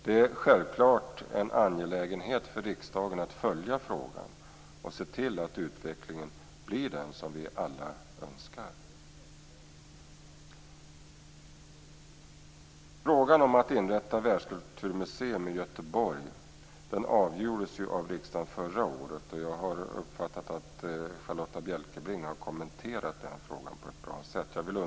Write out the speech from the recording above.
Det är självklart en angelägenhet för riksdagen att följa frågan och se till att utvecklingen blir den vi alla önskar. Göteborg avgjordes av riksdagen förra året. Jag har uppfattat att Charlotta Bjälkebring har kommenterat frågan på ett bra sätt.